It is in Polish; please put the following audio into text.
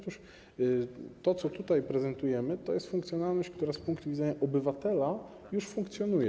To, co tutaj prezentujemy, to funkcjonalność, która z punktu widzenia obywatela już funkcjonuje.